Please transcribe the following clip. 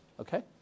Okay